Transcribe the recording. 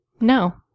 No